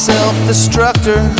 self-destructor